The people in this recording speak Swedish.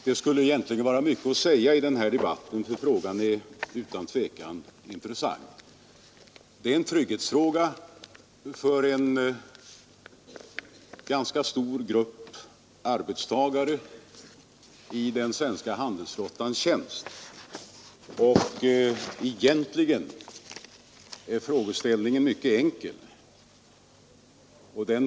Herr talman! Det skulle egentligen finnas mycket att säga i denna debatt — frågan är utan tvivel intressant. Det är en trygghetsfråga för en ganska stor grupp arbetstagare i den svenska handelsflottans tjänst. Egentligen är frågeställningen mycket enkel.